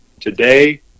today